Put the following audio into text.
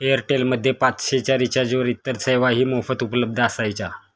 Airtel मध्ये पाचशे च्या रिचार्जवर इतर सेवाही मोफत उपलब्ध असायच्या